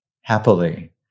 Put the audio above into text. happily